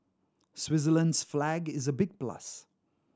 Switzerland's flag is a big plus